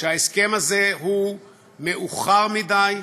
שההסכם הזה הוא מאוחר מדי,